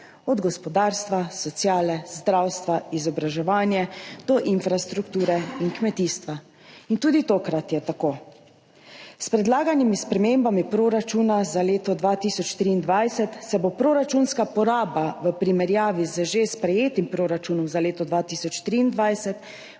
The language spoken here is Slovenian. od gospodarstva, sociale, zdravstva, izobraževanja do infrastrukture in kmetijstva. In tudi tokrat je tako. S predlaganimi spremembami proračuna za leto 2023 se bo proračunska poraba v primerjavi z že sprejetim proračunom za leto 2023